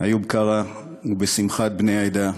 איוב קרא, ובשמחת בני העדה,